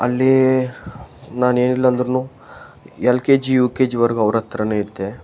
ಅಲ್ಲಿ ನಾನೇನಿಲ್ಲಾಂದರೂನು L K G U K ಜಿವರೆಗು ಅವರ ಹತ್ರನೇ ಇದ್ದೆ